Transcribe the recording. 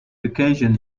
recursion